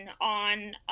on